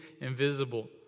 invisible